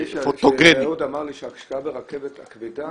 נדמה לי שאהוד אמר שההשקעה ברכבת הכבדה,